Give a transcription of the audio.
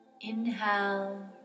Inhale